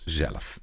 zelf